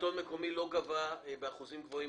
השלטון המקומי לא גבה ארנונה בשיעורים גבוהים